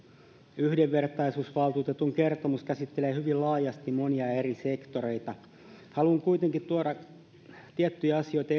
yhdenvertaisuusvaltuutetun kertomus käsittelee hyvin laajasti monia eri sektoreita haluan kuitenkin tuoda esille tiettyjä asioita